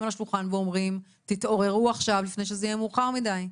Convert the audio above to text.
על השולחן ואומרים תתעוררו עכשיו לפני שזה יהיה מאוחר מידי?